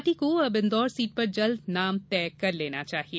party को अब Indore seat पर जल्द नाम तय करना चाहिए